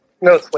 No